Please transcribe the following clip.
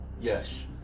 Yes